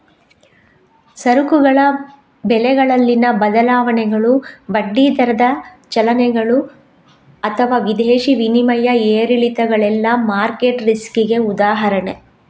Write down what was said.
ಸರಕುಗಳ ಬೆಲೆಗಳಲ್ಲಿನ ಬದಲಾವಣೆಗಳು, ಬಡ್ಡಿ ದರದ ಚಲನೆಗಳು ಅಥವಾ ವಿದೇಶಿ ವಿನಿಮಯ ಏರಿಳಿತಗಳೆಲ್ಲ ಮಾರ್ಕೆಟ್ ರಿಸ್ಕಿಗೆ ಉದಾಹರಣೆ